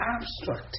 abstract